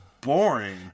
boring